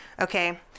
Okay